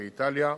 ואיטליה.